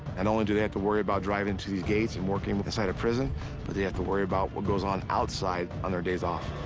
and only do they have to worry about driving to these gates and working inside a prison but they have to worry about what goes on outside on their days off.